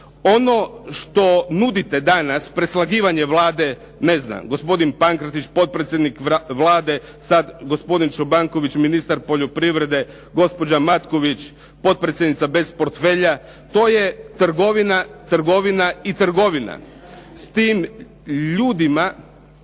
Ono što nudite danas preslagivanje Vlade ne znam gospodin Pankretić potpredsjednik Vlade, sad gospodin Čobanković ministar poljoprivrede, gospođa Matković potpredsjednica bez portfelja to je trgovina, trgovina i trgovina. S tim ljudima